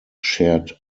shared